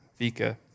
Vika